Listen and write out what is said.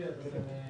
אטרקטיביות והן